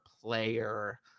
player